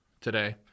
today